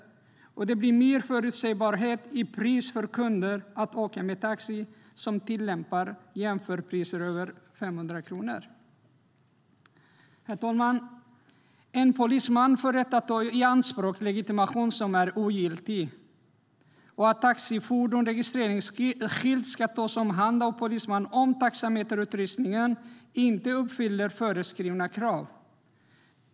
Priset blir mer förutsägbart för taxikunderna när man tillämpar jämförpriser över 500 kronor. Polisen får rätt att ta i beslag en legitimation som är ogiltig. Taxifordons registreringsskyltar ska tas om hand av polis om taxameterutrustningen inte uppfyller föreskrivna krav.